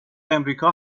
امریکا